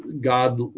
God